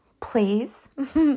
please